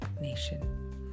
nation